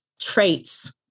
traits